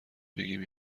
بگیم